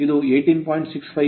ಆದ್ದರಿಂದ ಇದು 18